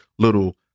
little